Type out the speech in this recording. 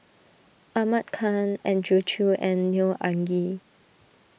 Ahmad Khan Andrew Chew and Neo Anngee